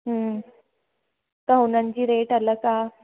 हूं त उननि जी रेट अलॻि आहे